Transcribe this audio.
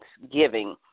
thanksgiving